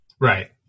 Right